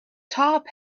top